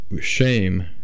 shame